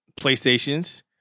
PlayStation's